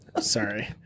Sorry